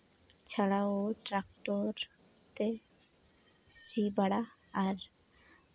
ᱪᱷᱟᱲᱟ ᱦᱚᱸ ᱴᱨᱟᱠᱴᱚᱨ ᱛᱮ ᱥᱤ ᱵᱟᱲᱟ ᱟᱨ